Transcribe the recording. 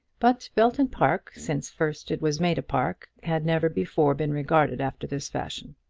but belton park, since first it was made a park, had never before been regarded after this fashion.